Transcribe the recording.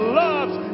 loves